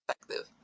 effective